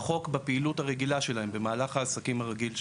החוק במהלך העסקים הרגיל שלהם.